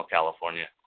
California